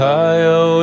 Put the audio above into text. Ohio